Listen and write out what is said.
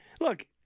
look